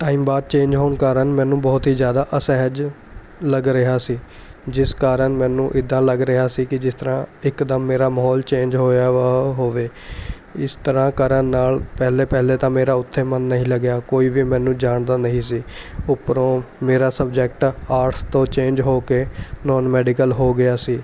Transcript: time ਬਾਅਦ change ਹੋਣ ਕਾਰਨ ਮੈਨੂੰ ਬਹੁਤ ਹੀ ਜ਼ਿਆਦਾ ਅਸਹਿਜ ਲੱਗ ਰਿਹਾ ਸੀ ਜਿਸ ਕਾਰਨ ਮੈਨੂੰ ਇੱਦਾਂ ਲੱਗ ਰਿਹਾ ਸੀ ਕਿ ਜਿਸ ਤਰ੍ਹਾਂ ਇਕਦਮ ਮੇਰਾ ਮਾਹੌਲ ਚੇਂਜ ਹੋਇਆ ਵਾ ਹੋਵੇ ਇਸ ਤਰ੍ਹਾਂ ਕਰਨ ਨਾਲ਼ ਪਹਿਲੇ ਪਹਿਲੇ ਤਾਂ ਮੇਰਾ ਉੱਥੇ ਮਨ ਨਹੀਂ ਲੱਗਿਆ ਕੋਈ ਵੀ ਮੈਨੂੰ ਜਾਣਦਾ ਨਹੀਂ ਸੀ ਉੱਪਰੋਂ ਮੇਰਾ ਸਬਜੈਕਟ ਆਟਸ ਤੋਂ ਚੇਂਜ ਹੋ ਕੇ ਨੋਨ ਮੈਡੀਕਲ ਹੋ ਗਿਆ ਸੀ